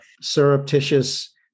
surreptitious